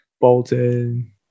Bolton